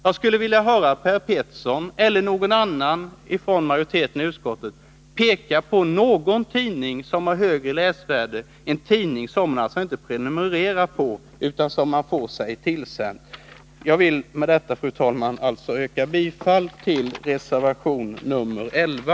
Jag skulle vilja att Per Petersson eller någon annan från majoriteten i utskottet pekade på någon tidning som har högre läsvärde, en tidning som man alltså inte prenumererar på utan som man får sig tillsänd ändå. Jag vill med detta, fru talman, yrka bifall till reservation nr 11.